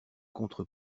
contre